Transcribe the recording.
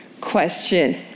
question